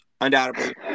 Undoubtedly